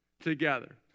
together